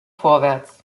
vorwärts